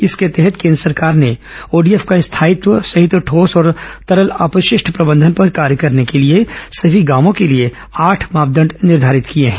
इसके तहत केन्द्र सरकार ने ओडीएफ का स्थायित्व सहित ठोस और तरल अपोशेष्ट प्रबंधन पर ँकार्य करने के लिए सभी गांवों के लिए आठ मापदंड निर्धारित किए हैं